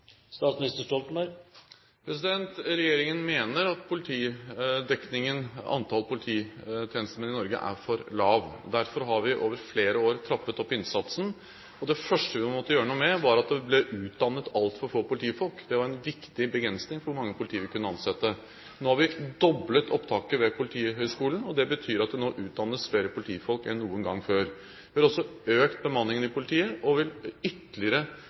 Regjeringen mener at politidekningen, antall polititjenestemenn i Norge, er for lav. Derfor har vi over flere år trappet opp innsatsen. Det første vi måtte gjøre noe med, var det at det ble utdannet altfor få politifolk – det var en viktig begrensning for hvor mange politifolk vi kunne ansette. Nå har vi doblet opptaket ved Politihøgskolen, og det betyr at det nå utdannes flere politifolk enn noen gang før. Vi har også økt bemanningen i politiet og vil øke bemanningen ytterligere